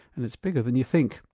and it's bigger than you think.